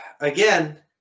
Again